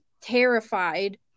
terrified